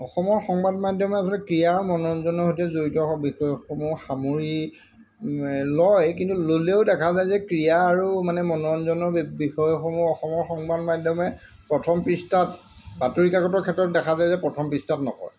অসমৰ সংবাদ মাধ্যমে আচলতে ক্ৰীড়া আৰু মনোৰঞ্জনৰ সৈতে জড়িত বিষয়সমূহ সামৰি লয় কিন্তু ল'লেও দেখা যায় যে ক্ৰীড়া আৰু মানে মনোৰঞ্জনৰ বিষয়সমূহ অসমৰ সংবাদ মাধ্যমে প্ৰথম পৃষ্ঠাত বাতৰিকাকতৰ ক্ষেত্ৰত দেখা যায় যে প্ৰথম পৃষ্ঠাত নকয়